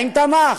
האם תמך?